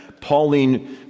Pauline